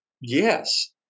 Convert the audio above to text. yes